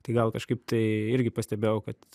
tai gal kažkaip tai irgi pastebėjau kad